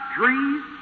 trees